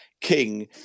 King